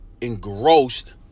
engrossed